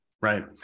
right